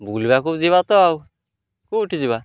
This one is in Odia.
ବୁଲିବାକୁ ଯିବା ତ ଆଉ କୋଉଠି ଯିବା